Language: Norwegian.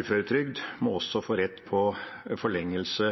uføretrygd, også må få rett på forlengelse